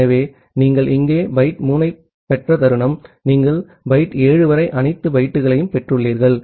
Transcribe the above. ஆகவே நீங்கள் இங்கே பைட் 3 ஐப் பெற்ற தருணம் நீங்கள் பைட் 7 வரை அனைத்து பைட்டுகளையும் பெற்றுள்ளீர்கள்